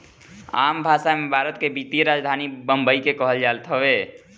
आम भासा मे, भारत के वित्तीय राजधानी बम्बई के कहल जात हवे